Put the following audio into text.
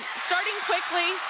starting quickly,